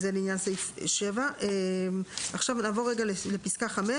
זה לעניין סעיף 7. נעבור לפסקה (5).